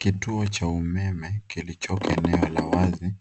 Kituo cha umeme kilichopo eneo la wazi